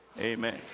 amen